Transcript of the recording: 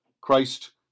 Christ